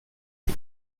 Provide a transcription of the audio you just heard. jag